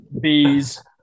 Bees